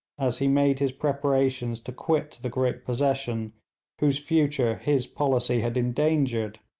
as he made his preparations to quit the great possession whose future his policy had endangered,